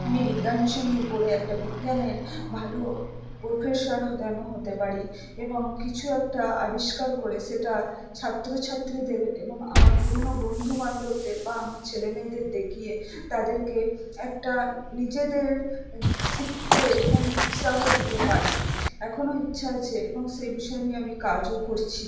আমি বিজ্ঞান বিষয় নিয়ে পড়ে একটা বিজ্ঞানের ভালো প্রফেসর হতে যেন হতে পারি এবং কিছু একটা আবিষ্কার করে সেটা ছাত্র ছাত্রীদের এবং আমার পুরোনো বন্ধু বান্ধবদের বা আমার ছেলে মেয়েদের দেখিয়ে তাদেরকে একটা নিজেদের শিখতে এবং উৎসাহ দিতে পারি এখনো ইচ্ছা আছে এবং সে বিষয় নিয়ে আমি কাজও করছি